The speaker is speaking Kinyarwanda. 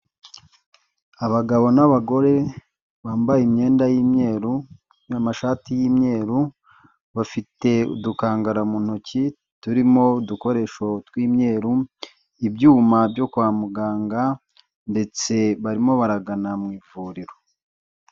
Abagabo n'abagore bambaye imyenda y'imyeru n'amashati y'imyeru bafite udukangara mu ntoki turimo udukoresho tw'imyeru, ibyuma byo kwa muganga ndetse barimo baragana mu ivuriro.